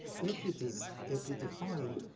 if it is, if you define